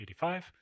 85